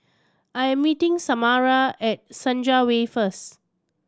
I am meeting Samara at Senja Way first